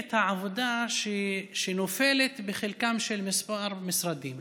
את העבודה שנופלת בחלקם של כמה משרדים.